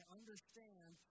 understand